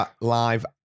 live